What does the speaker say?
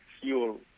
fuel